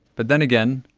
but then again,